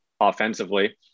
offensively